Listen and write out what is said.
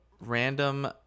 random